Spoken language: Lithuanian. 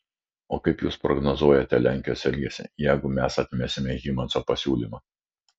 o kaip jūs prognozuojate lenkijos elgesį jeigu mes atmesime hymanso pasiūlymą